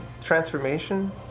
transformation